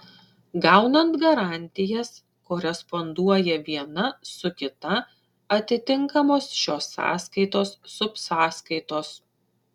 gaunant garantijas koresponduoja viena su kita atitinkamos šios sąskaitos subsąskaitos